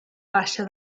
baixa